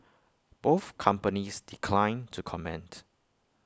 both companies declined to comment